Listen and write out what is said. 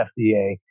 FDA